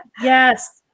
Yes